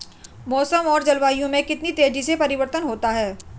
मौसम और जलवायु में कितनी तेजी से परिवर्तन होता है?